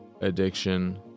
addiction